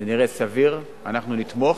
זה נראה סביר, אנחנו נתמוך,